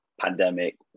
pandemic